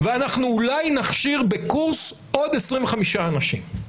ואנחנו אולי נכשיר בקורס עוד 25 אנשים.